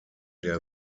der